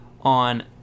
on